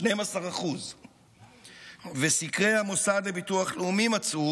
12%. סקרי המוסד לביטוח לאומי מצאו